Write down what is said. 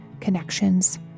connections